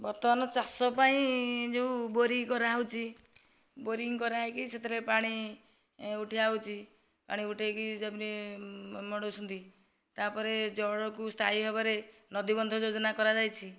ବର୍ତ୍ତମାନ ଚାଷ ପାଇଁ ଯେଉଁ ବୋରିଂ କରାହେଉଛି ବୋରିଂ କରାହୋଇକି ସେଥିରେ ପାଣି ଉଠା ହେଉଛି ପାଣି ଉଠାହୋଇକି ମଡ଼ାଉଛନ୍ତି ତା'ପରେ ଜଳକୁ ସ୍ଥାୟୀ ଭାବରେ ନଦୀ ବନ୍ଧ ଯୋଜନା କରାଯାଇଛି